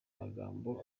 majambo